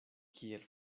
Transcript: kiel